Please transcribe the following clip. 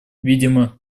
видимо